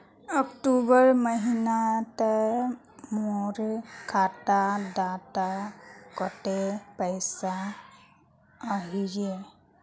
अक्टूबर महीनात मोर खाता डात कत्ते पैसा अहिये?